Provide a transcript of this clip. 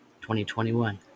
2021